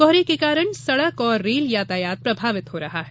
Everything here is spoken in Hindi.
कोहरे के कारण सड़क और रेल यातायात प्रभावित हो रहा है